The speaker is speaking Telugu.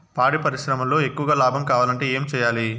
పాడి పరిశ్రమలో ఎక్కువగా లాభం కావాలంటే ఏం చేయాలి?